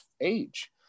age